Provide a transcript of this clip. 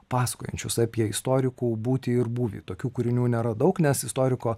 pasakojančius apie istorikų būtį ir būvį tokių kūrinių nėra daug nes istoriko